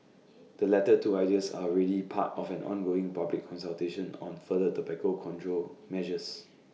the latter two ideas are already part of an ongoing public consultation on further tobacco control measures